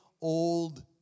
old